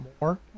more